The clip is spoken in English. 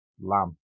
lamb